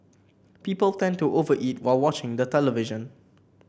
people tend to over eat while watching the television